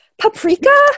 paprika